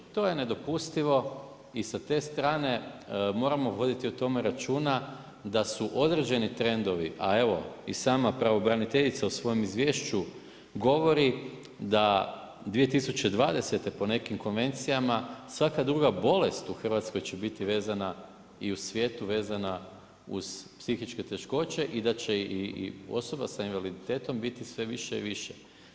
To je nedopustivo i sa te strane, moramo voditi o tome računa, da su određeni trendovi a evo i sama pravobraniteljica u svojem izvješću govori da 2020. po nekim konvencijama, svaka druga u Hrvatskoj će biti vezana i u svijetu vezana uz psihičke teškoće i da će osoba s invaliditetom biti sve više i više.